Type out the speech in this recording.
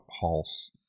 pulse